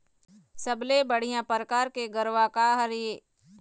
सबले बढ़िया परकार के गरवा का हर ये?